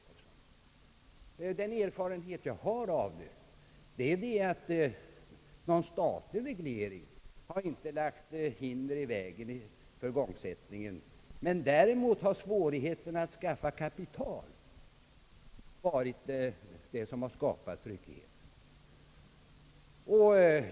Enligt den erfarenhet jag har är det inte någon statlig reglering som lagt hinder i vägen för igångsättningen, men däremot har svårigheterna att skaffa kapital förorsakat förskjutningen.